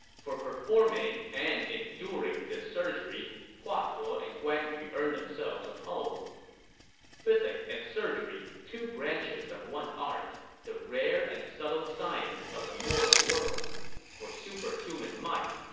for performing and enduring this surgery, hua tuo and guan yu earned themselves a poem physic and surgery two branches of one art the rare and subtle science of the mortal world for superhuman might,